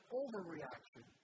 overreaction